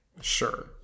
Sure